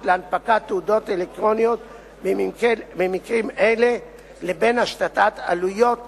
להנפקת תעודות אלקטרוניות במקרים אלה לבין השתת עלויות